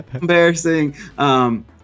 embarrassing